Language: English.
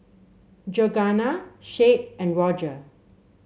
Georganna Shade and Rodger